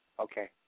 Okay